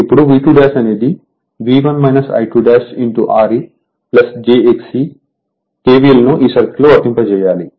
ఇప్పుడు V2 అనేది V1 I2 Re jXe KVL ను ఈ సర్క్యూట్ లో వర్తింప చేయాలి